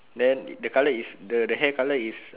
then the colour is the the hair colour is